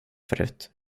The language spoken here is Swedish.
förut